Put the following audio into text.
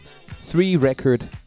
three-record